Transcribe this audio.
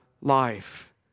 life